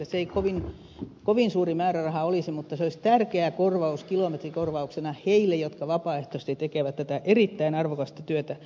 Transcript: se ei kovin suuri määräraha olisi mutta se olisi tärkeä korvaus kilometrikorvauksena heille jotka vapaaehtoisesti tekevät tätä erittäin arvokasta työtä